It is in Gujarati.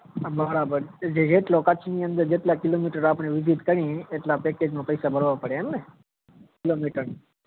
બરાબર જેટલો કરછની અંદર જેટલાં કિલોમીટર આપણે વિઝિટ કરીએ એટલાં પૅકેજમાં પૈસા ભરવા પડે એમને કિલોમીટરના